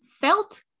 felt